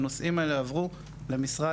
הנושאים האלה עברו למשרד